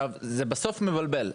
בסוף זה מבלבל.